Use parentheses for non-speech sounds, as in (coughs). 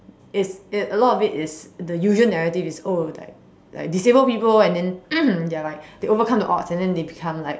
it's it a lot of is the usual narrative is oh like like disabled people and then (coughs) they are like they overcome the odds and then they become like